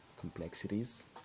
complexities